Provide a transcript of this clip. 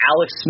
Alex